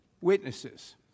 witnesses